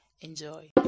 Enjoy